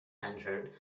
entered